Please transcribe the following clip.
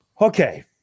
Okay